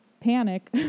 panic